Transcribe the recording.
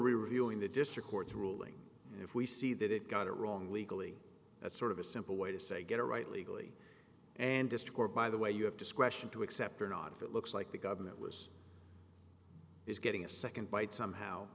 revealing the district court ruling and if we see that it got it wrong legally that's sort of a simple way to say get a right legally and district or by the way you have discretion to accept or not if it looks like the government was is getting a second bite somehow